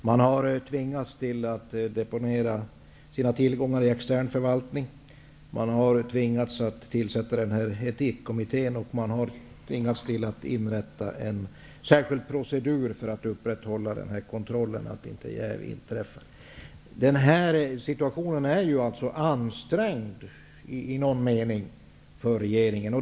Man har tvingats till att deponera sina tillgångar i extern förvaltning. Man har tvingats att tillsätta en etikkommitté och införa en särskild procedur för att upprätthålla kontrollen, så att inte jäv inträffar. Den här situationen är alltså i någon mening ansträngd för regeringen.